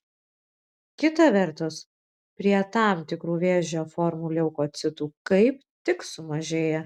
kita vertus prie tam tikrų vėžio formų leukocitų kaip tik sumažėja